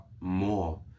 more